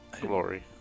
glory